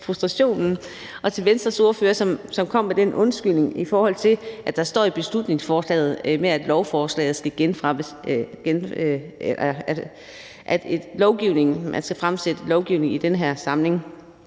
at Venstres ordfører kom med den undskyldning, i forhold til at der står i beslutningsforslaget, at man skal fremsætte et lovforslag i den her samling,